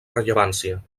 rellevància